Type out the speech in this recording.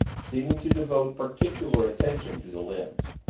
seeming to devote particular attention to the lens.